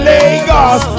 Lagos